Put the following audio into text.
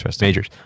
majors